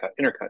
intercut